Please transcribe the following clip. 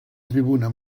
tribuna